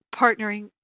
partnering